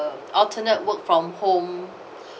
alternate work from home